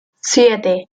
siete